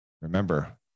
remember